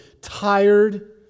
tired